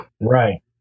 Right